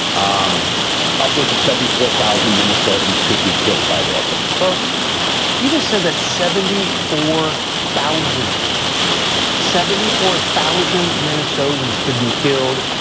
um upwards of seventy four thousand minnesotans could be killed by this folks he just said that seventy four thousand seventy four thousand minnesotans can be killed.